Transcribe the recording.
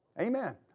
Amen